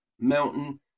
mountain